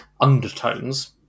undertones